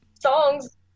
Songs